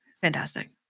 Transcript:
Fantastic